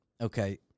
Okay